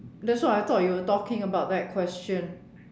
that's why I thought you were talking about that question